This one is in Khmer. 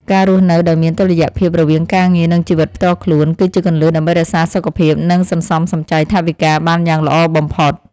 ការរស់នៅដោយមានតុល្យភាពរវាងការងារនិងជីវិតផ្ទាល់ខ្លួន គឺជាគន្លឹះដើម្បីរក្សាសុខភាពនិងសន្សំសំចៃថវិកាបានយ៉ាងល្អបំផុត។